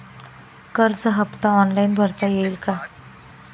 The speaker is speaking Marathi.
कर्ज हफ्ता ऑनलाईन भरता येईल का?